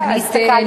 אני הסתכלתי.